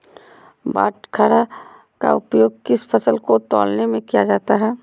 बाटखरा का उपयोग किस फसल को तौलने में किया जाता है?